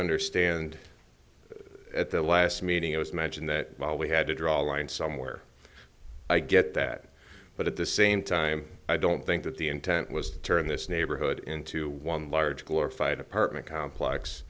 understand at the last meeting it was magine that while we had to draw a line somewhere i get that but at the same time i don't think that the intent was to turn this neighborhood into one large glorified apartment complex